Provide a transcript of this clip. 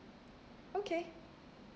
okay